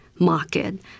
market